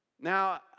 Now